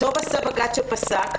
טוב עשה בג"ץ שפסק.